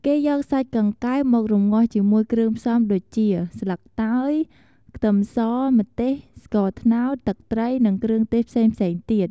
គេយកសាច់កង្កែបមក រំងាស់ ជាមួយគ្រឿងផ្សំដូចជា ស្លឹកតើយ ខ្ទឹមស ម្ទេស ស្ករត្នោត ទឹកត្រី និងគ្រឿងទេសផ្សេងៗទៀត។